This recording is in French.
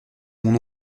mon